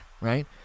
right